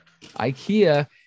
IKEA